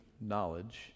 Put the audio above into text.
knowledge